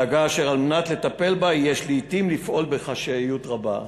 דאגה אשר על מנת לטפל בה יש לעתים לפעול בחשאיות רבה".